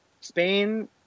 Spain